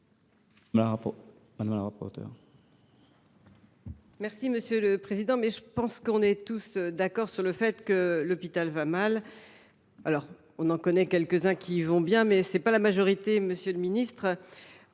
Mme la rapporteure